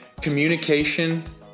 communication